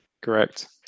Correct